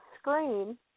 screen